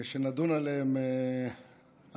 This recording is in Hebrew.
שנדון עליהן הלילה,